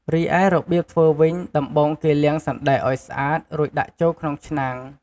រីឯរបៀបធ្វើវិញ ដំបូងគេលាងសណ្តែកឱ្យស្អាត រួចដាក់ចូលក្នុងឆ្នាំង។